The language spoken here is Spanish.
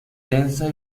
densa